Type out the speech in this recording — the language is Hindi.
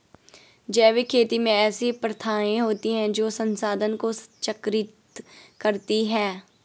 जैविक खेती में ऐसी प्रथाएँ होती हैं जो संसाधनों को चक्रित करती हैं